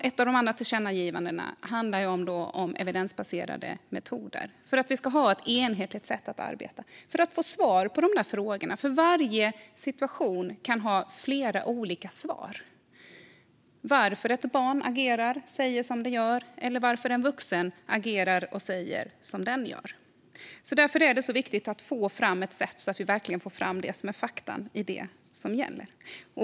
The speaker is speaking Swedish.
Ett tillkännagivande handlar om evidensbaserade metoder, för att vi ska ha ett enhetligt sätt att arbeta och för att få svar på de här frågorna. Varje situation kan ha flera olika svar på varför ett barn agerar och säger som det gör eller varför en vuxen agerar och säger som den gör. Därför är det viktigt att hitta ett sätt att verkligen få fram det som är fakta i det ärende det gäller.